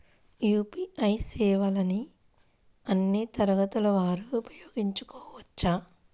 UPI సేవలని అన్నీ తరగతుల వారు వినయోగించుకోవచ్చా?